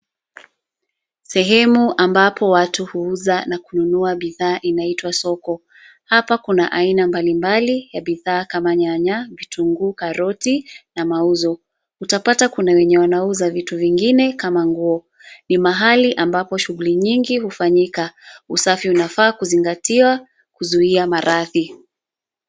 Sehemu ambapo watu huuza na kununua bidhaa inaitwa soko. Hapa kuna aina mbali mbali ya bidhaa kama nyanya, vitunguu, karoti na mauzo. Utapata kuna wenye wanaouza vitu vingine kama nguo. Ni mahali ambapo shughuli nyingi hufanyika. Usafi unafaa kuzingatiwa kuzuia maradhi.